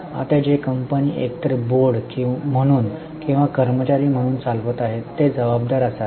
आता जे कंपनी एकतर बोर्ड म्हणून किंवा कर्मचारी म्हणून चालवित आहेत ते जबाबदार असावेत